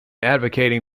advocating